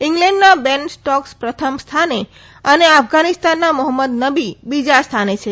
ઇગ્લેન્ડના Ben Stokes પ્રથમ સ્થઆને અને અફધાનિસ્તાનના મોહમ્મદ નબી બીજા સ્થાને છે